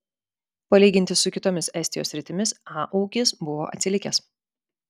palyginti su kitomis estijos sritimis a ūkis buvo atsilikęs